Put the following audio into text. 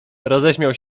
roześmiał